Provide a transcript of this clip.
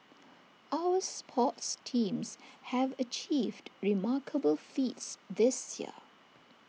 our sports teams have achieved remarkable feats this year